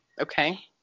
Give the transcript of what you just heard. Okay